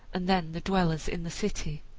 and then the dwellers in the city.